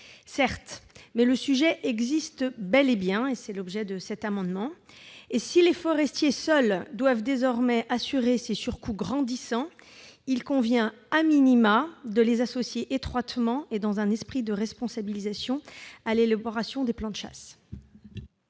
Certes, mais le sujet existe bel et bien : si les seuls forestiers doivent désormais assurer ces surcoûts grandissants, il convient de les associer étroitement, et dans un esprit de responsabilisation, à l'élaboration des plans de chasse.